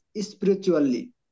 spiritually